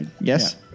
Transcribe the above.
Yes